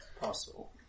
Possible